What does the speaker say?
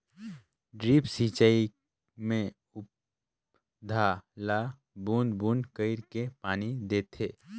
drip सिंचई मे पउधा ल बूंद बूंद कईर के पानी देथे